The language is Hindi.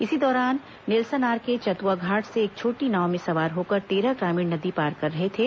इसी दौरान नेलसनार के चतुवा घाट से एक छोटी नाव में सवार होकर तेरह ग्रामीण नदी पार कर रहे थे